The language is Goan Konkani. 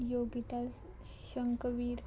योगिता शंकवीर